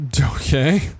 okay